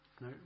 No